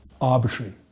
arbitrary